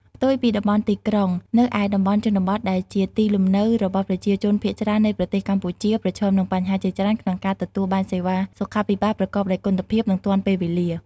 ផ្ទុយពីតំបន់ទីក្រុង នៅឯតំបន់ជនបទដែលជាទីលំនៅរបស់ប្រជាជនភាគច្រើននៃប្រទេសកម្ពុជា ប្រឈមនឹងបញ្ហាជាច្រើនក្នុងការទទួលបានសេវាសុខាភិបាលប្រកបដោយគុណភាព និងទាន់ពេលវេលា។